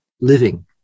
living